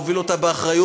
הוביל אותה באחריות,